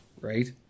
Right